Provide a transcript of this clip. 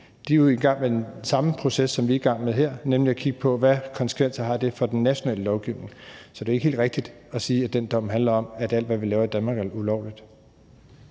De er jo i gang med samme proces, som vi er i gang med her, nemlig at kigge på, hvad for konsekvenser det har for den nationale lovgivning. Så det er ikke helt rigtigt at sige, at den dom handler om, at alt, hvad vi laver i Danmark, er ulovligt.